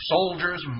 Soldiers